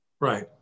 right